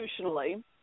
institutionally